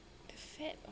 the fat one